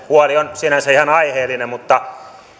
huoli on sinänsä ihan aiheellinen mutta